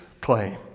claim